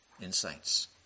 insights